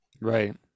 Right